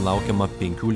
laukiama penkių